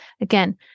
again